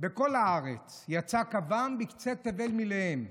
בכל הארץ, "יצא קַוָּם בקצה תבל מליהם"